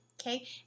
Okay